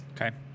Okay